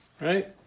right